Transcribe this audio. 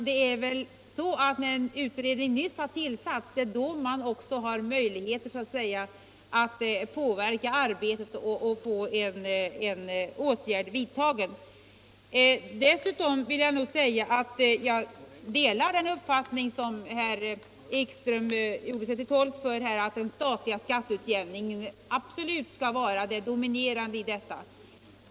Det är väl när en utredning nyss har tillsatts som man också har möjligheter att påverka arbetet och få en åtgärd vidtagen. Däremot delar jag den uppfattning som herr Ekström gjorde sig till tolk för här, att den statliga skatteutjämningen absolut skall vara det dominerande i detta sammanhang.